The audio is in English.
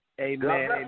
Amen